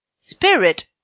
Spirit